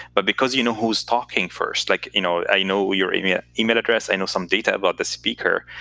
but because you know who's talking first, like you know i know your email email address, i know some data about the speaker,